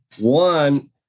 One